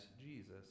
Jesus